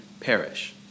perish